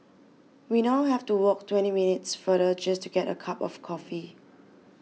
we now have to walk twenty minutes farther just to get a cup of coffee